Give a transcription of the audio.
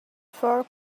four